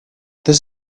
this